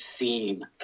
scene